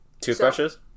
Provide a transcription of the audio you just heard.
toothbrushes